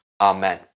Amen